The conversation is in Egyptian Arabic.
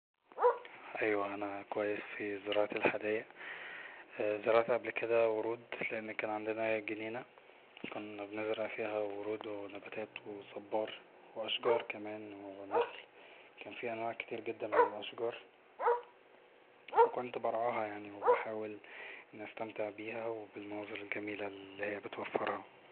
أيوة أنا كويس في زراعة الحدائق لأن كان عندنا جنينة كنا بنزرع فيها ورود ونباتات وصبار وأشجار كمان ونخل كان انواع كتير جدا من الأشجار وكنت برعاها يعني وبحاول اني استمتع بيها وبالمناظر الجميلة يعني اللي بتوفرها